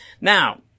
Now